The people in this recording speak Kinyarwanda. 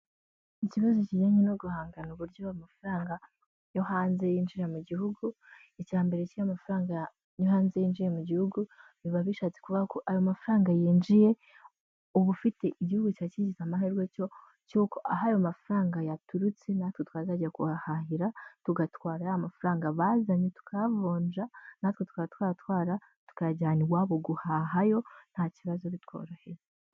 Ikibazo kijyanye no guhangana uburyo amafaranga yo hanze yinjira mu gihugu, icya mbere cy'amafaranga yo hanze yinjiye mu gihugu, biba bishatse kuvuga ko ayo mafaranga yinjiye ubu ufite igihugu cyiba kigize amahirwe yuko aho ayo mafaranga yaturutse natwe twazajya kuhahahira, tugatwara yamafaranga bazanye tukayavunja, natwe tukaba twayatwara tukayajyana iwabo guhahayo nta kibazo bitworoheye.